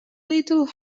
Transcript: little